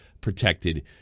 protected